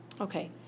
Okay